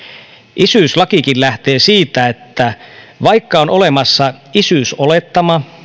isyyslakikin lähtee siitä että vaikka on olemassa isyysolettama